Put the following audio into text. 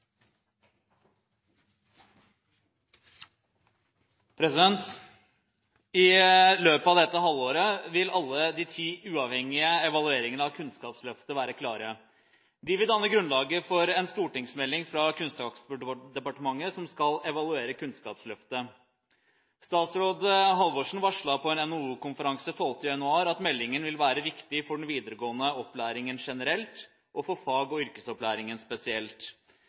3. I løpet av dette halvåret vil alle de ti uavhengige evalueringene av Kunnskapsløftet være klare. De vil danne grunnlaget for en stortingsmelding fra Kunnskapsdepartementet, som skal evaluere Kunnskapsløftet. Statsråd Halvorsen varslet på en NHO-konferanse 12. januar at meldingen vil være viktig for den videregående opplæringen generelt og for fag- og yrkesopplæringen spesielt.